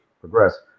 progress